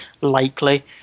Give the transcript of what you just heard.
likely